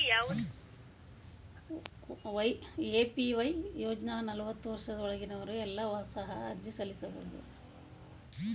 APY ಯೋಜ್ನ ನಲವತ್ತು ವರ್ಷದ ಒಳಗಿನವರು ಎಲ್ಲರೂ ಸಹ ಅರ್ಜಿ ಸಲ್ಲಿಸಬಹುದು